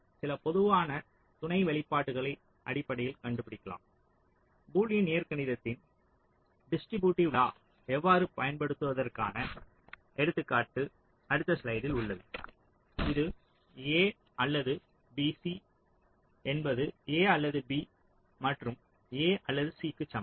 சில பொதுவான துணை வெளிப்பாடுகளை அடிப்படையில் கண்டுபிடிக்கலாம் பூலியன் இயற்கணிதத்தின் டிஸ்ட்ரிபியூட்டிவ் லாவை எவ்வாறு பயன்படுத்துவதற்கான எடுத்துக்காட்டு அடுத்த ஸ்லைடில் உள்ளது இது A அல்லது B C என்பது A அல்லது B மற்றும் A அல்லது C க்கு சமம்